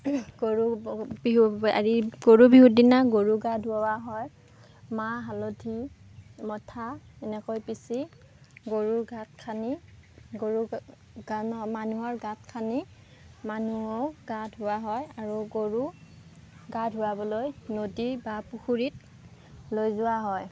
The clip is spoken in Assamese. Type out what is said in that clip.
গৰু বিহু গৰু বিহুৰ দিনা গৰু গা ধুওৱা হয় মাহ হালধি মঠা এনেকৈ পিচি গৰুৰ গাত সানি গৰু গা মানুহৰ গাত সানি মানুহো গা ধুওৱা হয় আৰু গৰু গা ধোৱাবলৈ নদী বা পুখুৰীত লৈ যোৱা হয়